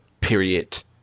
Period